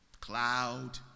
Cloud